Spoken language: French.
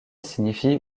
signifie